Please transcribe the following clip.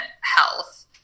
health